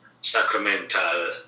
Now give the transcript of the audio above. sacramental